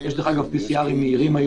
יש PCR מהירים היום,